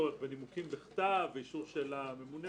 הצורך בנימוקים בכתב ואישור של הממונה.